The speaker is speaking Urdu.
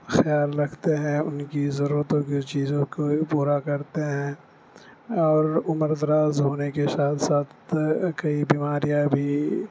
خیال رکھتے ہیں ان کی ضرورتوں کی چیزوں کو پورا کرتے ہیں اور عمر دراز ہونے کے ساتھ ساتھ کئی بیماریاں بھی